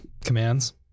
commands